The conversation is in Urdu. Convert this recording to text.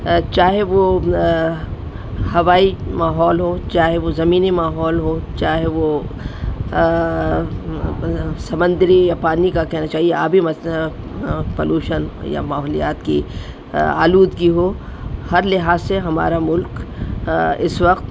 چاہے وہ ہوائی ماحول ہو چاہے وہ زمینی ماحول ہو چاہے وہ سمندری یا پانی کا کہنا چاہیے آبی پلوشن یا ماحولیات کی آلودگی ہو ہر لحاظ سے ہمارا ملک اس وقت